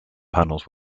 panels